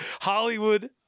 Hollywood